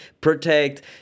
protect